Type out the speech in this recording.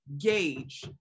gauge